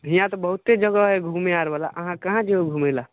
हियाॅं तऽ बहुते जगह हइ घुमे आर बाला अहाँ कहाँ जेबै घुमे लए